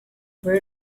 why